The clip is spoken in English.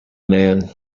man